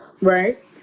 Right